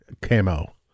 camo